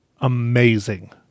amazing